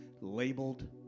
labeled